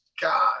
God